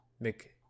Mc